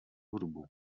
hudbu